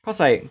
cause I